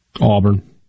Auburn